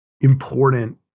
important